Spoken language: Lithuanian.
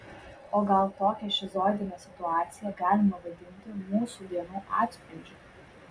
o gal tokią šizoidinę situaciją galima vadinti mūsų dienų atspindžiu